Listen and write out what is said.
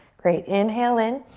great, inhale in.